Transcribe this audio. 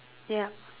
ya